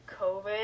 COVID